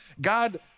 God